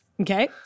Okay